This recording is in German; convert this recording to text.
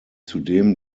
zudem